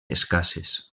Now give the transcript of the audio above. escasses